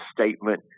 statement